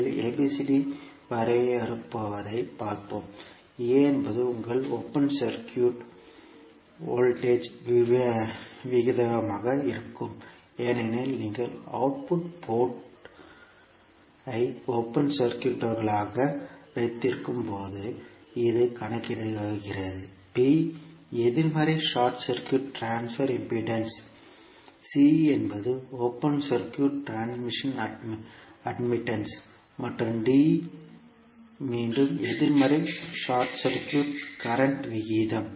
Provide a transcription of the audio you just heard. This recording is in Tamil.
முதலில் ABCD வரையறுப்பதைப் பார்ப்போம் A என்பது உங்கள் ஓபன் சர்க்யூட் வோல்டேஜ் விகிதமாக இருக்கும் ஏனெனில் நீங்கள் அவுட்புட் போர்ட் ஐ ஓபன் சர்க்யூட்களாக வைத்திருக்கும்போது இது கணக்கிடுகிறது B எதிர்மறை short circuit transfer impedance C என்பது ஓபன் சர்க்யூட் டிரான்ஸ்மிஷன் அட்மிட்டன்ஸ் மற்றும் D மீண்டும் எதிர்மறை ஷார்ட் சர்க்யூட் கரண்ட் விகிதம்